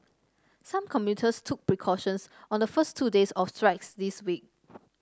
some commuters took precautions on the first two days of strikes this week